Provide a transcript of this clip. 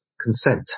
consent